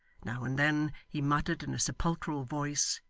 now and then he muttered in a sepulchral voice,